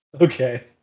Okay